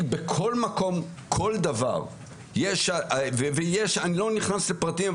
בכל מקום כל דבר ויש אני לא נכנס לפרטים,